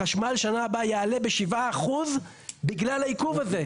החשמל בשנה הבאה יעלה ב-7 אחוזים בגלל העיכוב הזה.